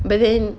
but then